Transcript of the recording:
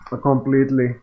completely